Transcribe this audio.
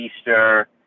Easter